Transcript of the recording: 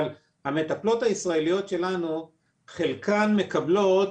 אבל המטפלות הישראליות שלנו חלקן מקבלות,